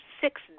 six